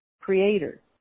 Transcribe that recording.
creator